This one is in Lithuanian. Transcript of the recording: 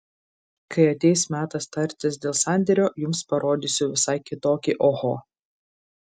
kai ateis metas tartis dėl sandėrio jums parodysiu visai kitokį oho